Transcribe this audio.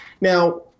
Now